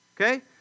Okay